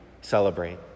celebrate